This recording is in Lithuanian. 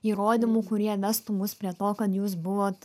įrodymų kurie vestų mus prie to kad jūs buvot